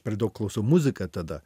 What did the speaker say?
per daug klausau muziką tada